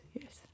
yes